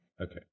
Okay